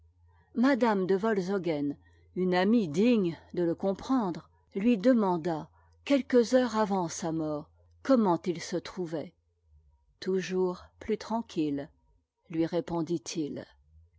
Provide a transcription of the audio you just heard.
ma dame de wohzogen une amie digne de le com w prendre lui demanda quelques heures avant sa mort comment it se trouvait t'om mm us'tranquille lui